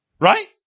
right